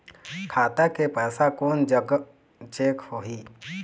खाता के पैसा कोन जग चेक होही?